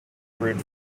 brute